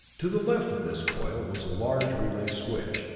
to the left of this coil was a large relay switch,